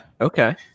Okay